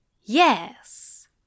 Yes